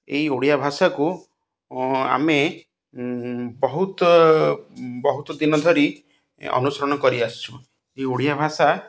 ଏଇ ଓଡ଼ିଆ ଭାଷାକୁ ଆମେ ବହୁତ ବହୁତ ଦିନ ଧରି ଅନୁସରଣ କରିଆସିଛୁ ଏ ଓଡ଼ିଆ ଭାଷା